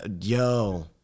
Yo